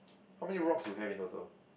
how many rocks you have in total